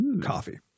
coffee